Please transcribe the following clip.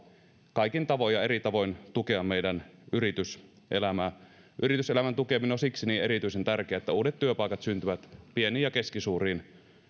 kaikin tavoin ja eri tavoin tukea meidän yrityselämäämme yrityselämän tukeminen on siksi niin erityisen tärkeää että uudet työpaikat syntyvät pieniin ja keskisuuriin